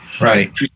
Right